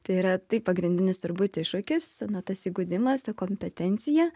tai yra tai pagrindinis turbūt iššūkis na tas įgudimas ta kompetencija